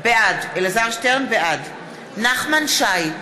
בעד נחמן שי,